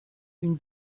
une